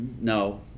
No